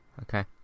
Okay